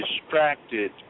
distracted